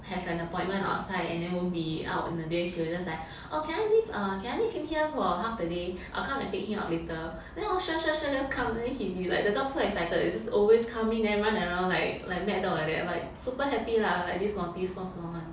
have an appointment outside and then won't be out in the day she will just like oh can I leave err can I leave him here for half the day I'll come and pick him up later then oh sure sure sure just come then he'll be like the dog so excited always come in then run around like like mad dog like that but super happy lah like this naughty small small one